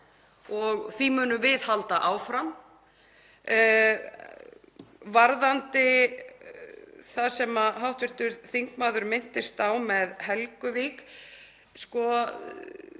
og því munum við halda áfram. Varðandi það sem hv. þingmaður minntist á með Helguvík þá